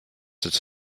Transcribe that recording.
sits